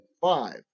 five